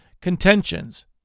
contentions